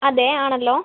അതെ ആണല്ലോ